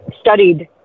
studied